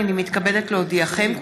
הינני מתכבדת להודיעכם,